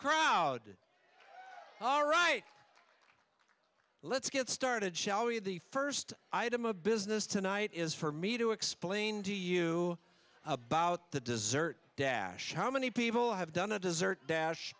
crowd all right let's get started shall we the first item of business tonight is for me to explain to you about the desert dash how many people have done a desert dash